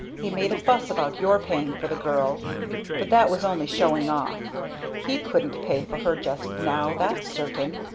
he made a fuss about your paying for the girl but that was only showing off he couldn't pay for her just now that's certain.